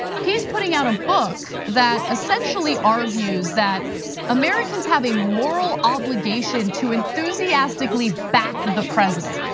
he's putting out a book that essentially argues that americans have a moral obligation to enthusiastically back the president.